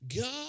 God